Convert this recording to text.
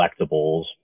collectibles